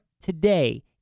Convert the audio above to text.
today